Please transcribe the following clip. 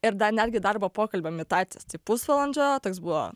ir netgi darbo pokalbio imitacijos tai pusvalandžio toks buvo